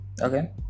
Okay